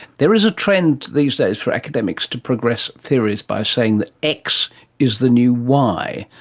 there is a trend these days for academics to progress theories by saying that x is the new y.